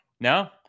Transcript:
No